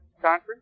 Conference